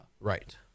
Right